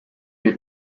you